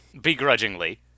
Begrudgingly